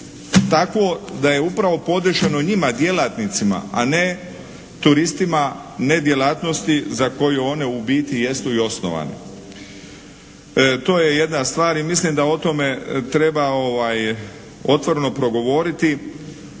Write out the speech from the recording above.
takvo da je upravo podešeno njima djelatnicima, a ne turistima, ne djelatnosti za koje one u biti jesu i osnovane. To je jedna stvar i mislim da o tome treba otvoreno progovoriti